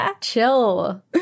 Chill